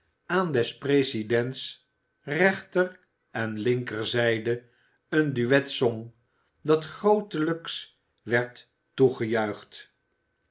aan des presidents rechter en linkerzijde een duet zong dat grootelijks werd